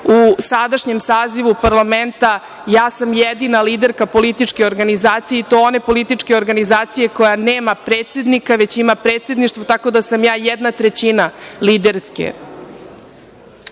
u sadašnjem sazivu parlamenta, ja sam jedina liderka političke organizacije i to one političke organizacije koja nema predsednika, već ima predsedništvo, tako da sam ja jedna trećina liderke. Iz